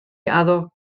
addo